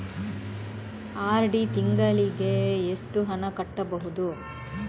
RD ತಿಂಗಳಿಗೆ ಎಷ್ಟು ಹಣ ಕಟ್ಟಬಹುದು?